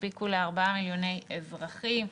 שיספיקו ל-4 מיליוני אזרחים".